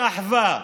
משוררי אבו מאזן.